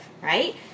right